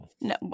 No